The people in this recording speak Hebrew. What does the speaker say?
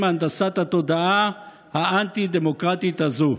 מהנדסת התודעה האנטי-דמוקרטית הזו.